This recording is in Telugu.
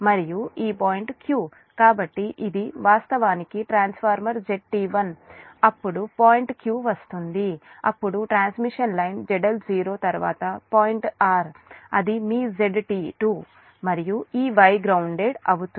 మరియు ఈ పాయింట్ q కాబట్టి ఇది వాస్తవానికి ట్రాన్స్ఫార్మర్ ZT1 అప్పుడు పాయింట్ q వస్తుంది అప్పుడు ట్రాన్స్మిషన్ లైన్ ZL0 తరువాత పాయింట్ r అది మీ ZT2 మరియు ఈ Y గ్రౌన్దేడ్ అవుతుంది